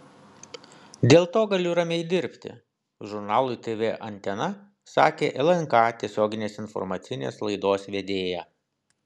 dėl to galiu ramiai dirbti žurnalui tv antena sakė lnk tiesioginės informacinės laidos vedėja